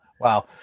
wow